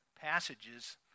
passages